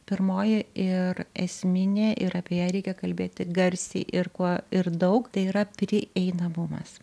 pirmoji ir esminė ir apie ją reikia kalbėti garsiai ir kuo ir daug tai yra prieinamumas